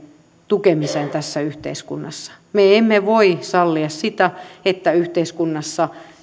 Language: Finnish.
tukemiseen tässä yhteiskunnassa me emme voi sallia sitä että yhteiskunnassa